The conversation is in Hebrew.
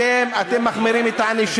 שילך לשחק כדורגל, אתם מחמירים את הענישה.